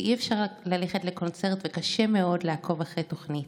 אי-אפשר ללכת לקונצרט וקשה מאוד לעקוב אחרי תוכנית.